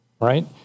right